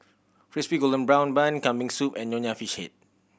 Crispy Golden Brown Bun Kambing Soup and Nonya Fish Head